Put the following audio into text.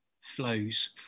flows